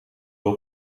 wil